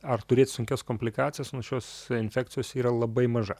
ar turėt sunkias komplikacijas nuo šios infekcijos yra labai maža